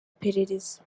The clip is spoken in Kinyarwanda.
perereza